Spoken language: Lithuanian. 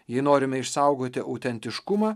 jei norime išsaugoti autentiškumą